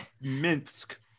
minsk